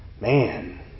man